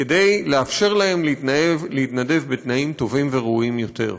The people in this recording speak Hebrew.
וכדי לאפשר להם להתנדב בתנאים טובים וראויים יותר.